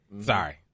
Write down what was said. Sorry